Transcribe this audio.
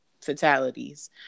fatalities